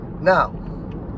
Now